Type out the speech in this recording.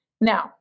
Now